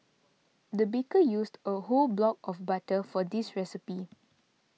the baker used a whole block of butter for this recipe